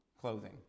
clothing